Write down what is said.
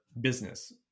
business